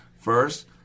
first